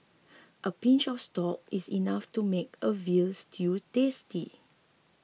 a pinch of store is enough to make a Veal Stew tasty